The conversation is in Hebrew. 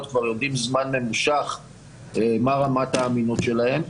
כבר יודעים זמן ממושך מה רמת האמינות שלהם.